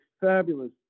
fabulous